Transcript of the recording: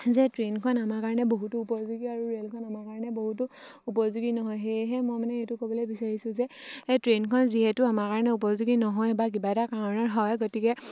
যে ট্ৰেইনখন আমাৰ কাৰণে বহুতো উপযোগী আৰু ৰে'লখন আমাৰ কাৰণে বহুতো উপযোগী নহয় সেয়েহে মই মানে এইটো ক'বলৈ বিচাৰিছোঁ যে এই ট্ৰেইনখন যিহেতু আমাৰ কাৰণে উপযোগী নহয় বা কিবা এটা কাৰণত হয় গতিকে